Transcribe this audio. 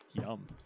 Yum